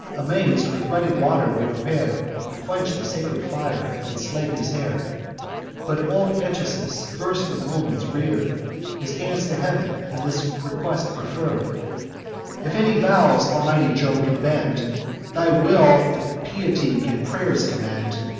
amaz'd, with running water we prepare to quench the sacred fire, and slake his hair but old anchises, vers'd in omens, rear'd his hands to heav'n, and this request preferr'd if any vows, almighty jove, can bend thy will if piety can pray'rs commend,